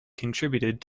contributed